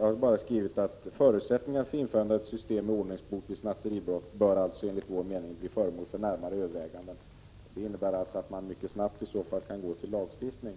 har bara gjort följande skrivning i reservationen: ”Förutsättningarna för införandet av ett system med ordningsbot vid snatteribrott bör således enligt utskottets mening bli föremål för närmare överväganden.” Detta innebär att man mycket snabbt kan gå till lagstiftning.